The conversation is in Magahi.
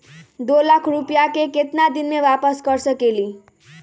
दो लाख रुपया के केतना दिन में वापस कर सकेली?